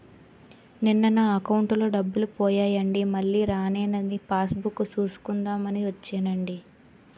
నిన్న నా అకౌంటులో డబ్బులు పోయాయండి మల్లీ రానేదని పాస్ బుక్ సూసుకుందాం అని వచ్చేనండి